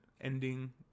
ending